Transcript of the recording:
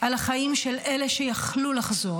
על החיים של אלה שיכלו לחזור,